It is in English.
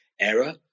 error